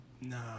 No